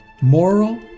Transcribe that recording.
moral